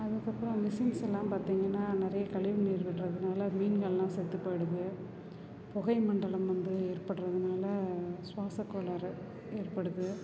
அதுக்கப்புறம் மிஷின்ஸ்செல்லாம் பார்த்திங்கன்னா நிறைய கழிவுநீர் விடுறதுனால மீன்கள்லாம் செத்துப்போய்டுது புகை மண்டலம் வந்து ஏற்படுறதுனால சுவாச கோளாறு ஏற்படுது